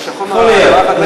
יכול להיות.